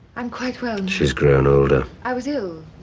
i'm quite well she's grown older. i was ill,